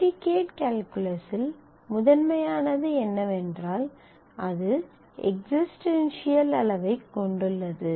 predicate கால்குலசில் முதன்மையாது என்னவென்றால் அது எக்ஸிசிஸ்டென்சியல் அளவைக் கொண்டுள்ளது